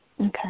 Okay